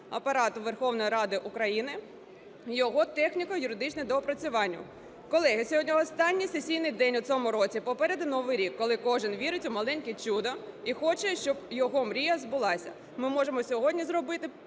Апарату Верховної Ради України його техніко-юридичне доопрацювання. Колеги, сьогодні останній сесійний день у цьому році, попереду Новий рік, коли кожен вірить у маленьке чудо і хоче, щоб його мрія збулася. Ми можемо сьогодні зробити